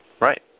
Right